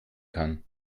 kann